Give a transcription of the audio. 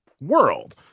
world